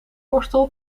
borstel